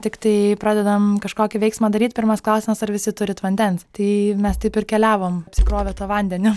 tiktai pradedam kažkokį veiksmą daryt pirmas klausimas ar visi turit vandens tai mes taip ir keliavom apsikrovę tuo vandeniu